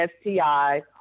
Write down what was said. STI